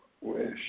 wish